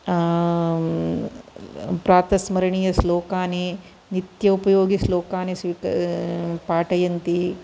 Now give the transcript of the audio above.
प्रातस्मरणीयश्लोकानि नित्योपयोगिश्लोकानि पाठयन्ति